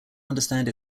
understand